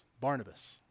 Barnabas